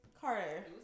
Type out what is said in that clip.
Carter